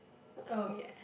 oh ya